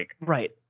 Right